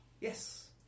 Yes